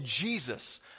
Jesus